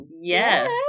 Yes